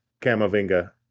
Camavinga